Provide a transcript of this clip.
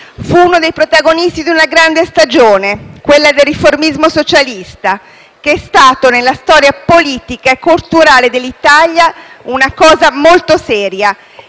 Fu uno dei protagonisti di una grande stagione, quella del riformismo socialista, che è stato nella storia politica e culturale dell'Italia una cosa molto seria,